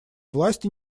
власти